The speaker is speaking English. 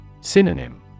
Synonym